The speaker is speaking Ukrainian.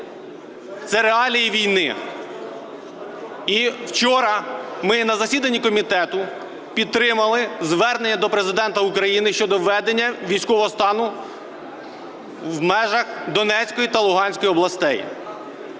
Це реалії війни. І вчора ми на засіданні комітету підтримали звернення до Президента України щодо введення військового стану в межах Донецької та Луганської областей.